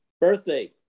birthday